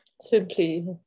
simply